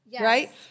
Right